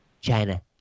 China